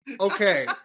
Okay